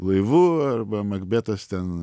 laivu arba makbetas ten